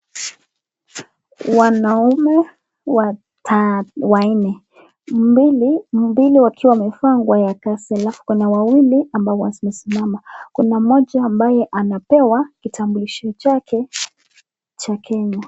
Wanaume wanne ,mbili wakiwa wamevaa nguo ya kazi lao na kuna wawili ambao wamesimama. Kuna mmoja ambaye anapewa kitambulisho chake cha Kenya.